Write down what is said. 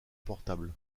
portable